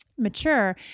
mature